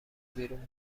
بیرون